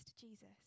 Jesus